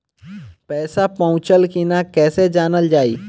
पैसा पहुचल की न कैसे जानल जाइ?